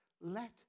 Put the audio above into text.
let